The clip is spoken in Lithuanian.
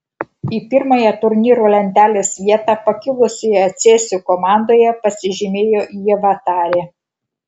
į pirmąją turnyro lentelės vietą pakilusioje cėsių komandoje pasižymėjo ieva tarė